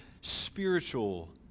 spiritual